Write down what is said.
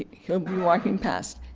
he'll be walking past,